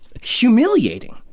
Humiliating